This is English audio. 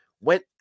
went